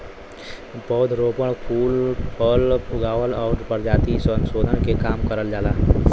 पौध रोपण, फूल फल उगावल आउर परजाति संसोधन के काम करल जाला